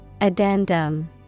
Addendum